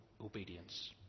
obedience